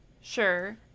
Sure